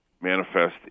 manifest